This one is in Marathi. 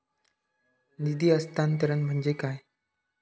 निधी हस्तांतरण म्हणजे काय?